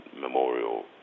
Memorial